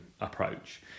approach